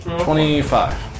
Twenty-five